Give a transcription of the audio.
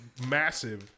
massive